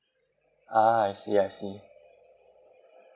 ah I see I see